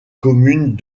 communes